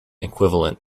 equivalent